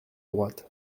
droite